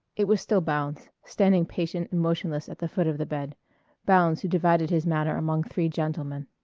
it was still bounds, standing patient and motionless at the foot of the bed bounds who divided his manner among three gentlemen.